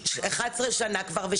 11 שנה כבר.